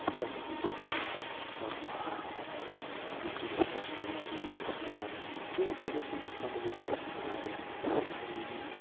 کیٚنٛہہ پٔرسَنٹ یُس ہَسا چھِ تِم کَم کَران پَتہ ییٚمہِ کِنۍ أسۍ پَتہٕ سُہ تِم چیز چھ أسۍ نِوان بیٚیہِ ہَسا مطلب یُس سٲنِس وِلیجَس منٛز وارِیاہ غریبی